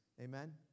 Amen